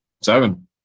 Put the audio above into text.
Seven